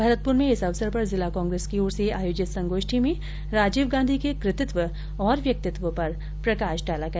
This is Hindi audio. भरतपुर में इस अवसर पर जिला कांग्रेस की ओर से आयोजित संगोष्ठी में राजीव गांधी के कृतित्व और व्यक्तित्व पर प्रकाश डाला गया